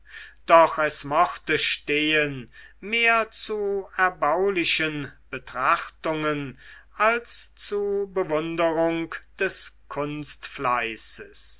doch es mochte stehen mehr zu erbaulichen betrachtungen als zu bewunderung des